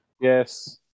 Yes